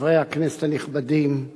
חברי הכנסת הנכבדים,